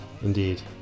Indeed